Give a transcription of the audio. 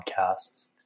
podcasts